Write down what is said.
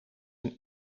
een